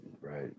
Right